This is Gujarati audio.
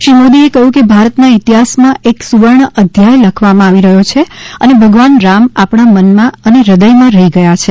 શ્રી મોદીએ કહ્યું કે ભારતના ઇતિહાસમાં એક સુવર્ણ અધ્યાય લખવામાં આવી રહ્યો છે અને ભગવાન રામ આપણા મનમાં અને હૃદયમાં રહી ગયા છે